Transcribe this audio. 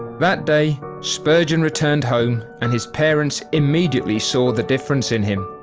that day, spurgeon returned home and his parents immediately saw the difference in him.